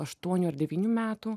aštuonių ar devynių metų